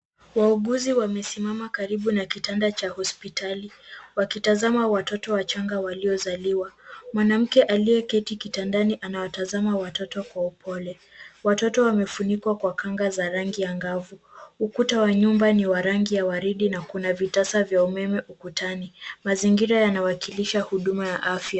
Wauguzi wamesimama karibu na kitanda cha hospitali, wakitazama watoto wachanga waliozaliwa. Mwanamke aliye keti kitandani anawatazama watoto kwa upole. Watoto wamefunikwa kwa kanga za rangi ya ngavu. Ukuta wa nyumba ni wa rangi ya waridi na kuna vitasa vya umeme ukutani. Mazingira yanawakilisha huduma ya afya.